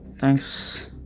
Thanks